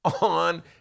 on